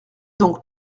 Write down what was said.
donc